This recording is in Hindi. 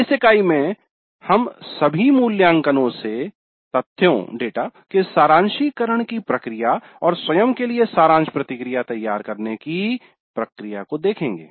इस इकाई में हम सभी मूल्यांकनों से तथ्यों डेटा के सारांशीकरण की प्रक्रिया और स्वयं के लिये सारांश प्रतिक्रिया तैयार करने की प्रक्रिया को देखेंगे